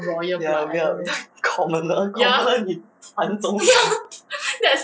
ya we are like commoner commoner 你传宗接代